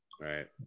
Right